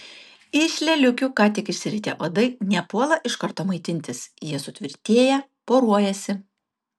iš lėliukių ką tik išsiritę uodai nepuola iš karto maitintis jie sutvirtėja poruojasi